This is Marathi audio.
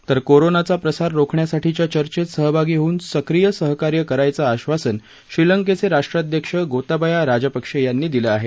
तर कोरोनाचा प्रसार रोखण्यासाठीच्या चर्चेत सहभागी होऊन सक्रीय सहकार्य करायचं आश्वासन श्रीलंकेचे राष्ट्राध्यक्ष गोताबाया राजपक्षे यांनी दिलं आहे